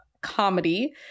comedy